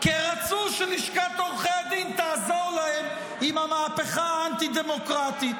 כי רצו שלשכת עורכי הדין תעזור להם עם המהפכה האנטי-דמוקרטית.